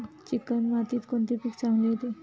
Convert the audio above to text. Chicken मातीत कोणते पीक चांगले येते?